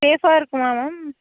சேஃபாக இருக்குமா மேம்